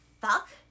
Fuck